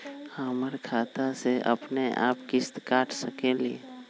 हमर खाता से अपनेआप किस्त काट सकेली?